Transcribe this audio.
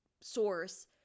source